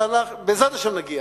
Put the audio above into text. בעזרת השם נגיע.